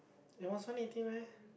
it was one eighty meh